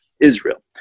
Israel